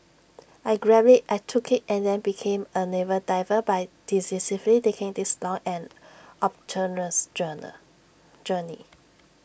I grabbed IT I took IT and then became A naval diver by decisively taking this long and arduous journal journey